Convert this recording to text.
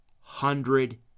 hundred